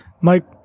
Mike